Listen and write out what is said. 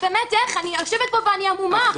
אני יושבת פה ואני המומה.